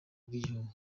bw’igihugu